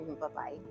Bye-bye